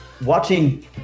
watching